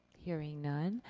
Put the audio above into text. hearing none,